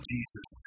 Jesus